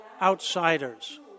outsiders